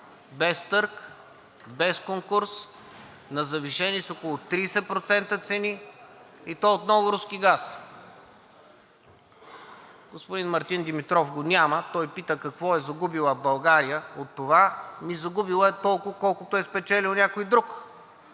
без търг, без конкурс, на завишени с около 30% цени, и то отново руски газ. Господин Мартин Димитров го няма, той пита: какво е загубила България от това? Ами загубила е толкова, колкото е спечелил някой друг.